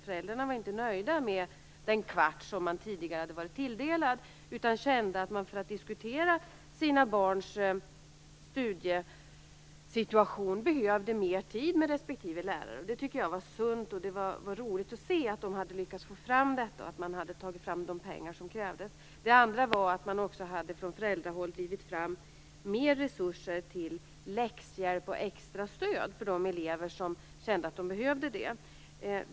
Föräldrarna var inte nöjda med den kvart som man tidigare hade varit tilldelad utan kände att de för att diskutera sina barns studiesituation behövde mer tid med respektive lärare. Det tyckte jag var sunt, och det var roligt att se att de hade lyckats få fram detta och att man hade tagit fram de pengar som krävdes. Det andra var att man också från föräldrahåll hade drivit fram mer resurser till läxhjälp och extra stöd för de elever som kände att de behövde det.